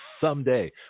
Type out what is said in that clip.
someday